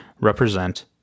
represent